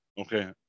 Okay